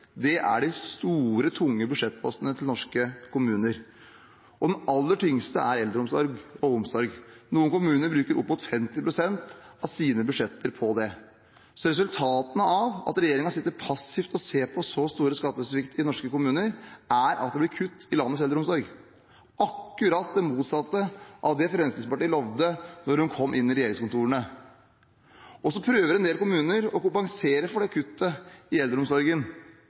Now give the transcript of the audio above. Det er de store, tunge budsjettpostene til norske kommuner. Den aller tyngste delen er eldreomsorg og omsorg. Noen kommuner bruker opp mot 50 pst. av sine budsjetter på det. Så resultatene av at regjeringen sitter passivt og ser på så stor skattesvikt i norske kommuner, er at det blir kutt i landets eldreomsorg – akkurat det motsatte av det Fremskrittspartiet lovet da de kom inn i regjeringskontorene. Så prøver en del kommuner å kompensere for kuttet i eldreomsorgen.